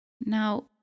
Now